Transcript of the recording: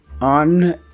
on